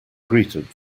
greeted